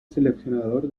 seleccionador